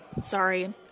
Sorry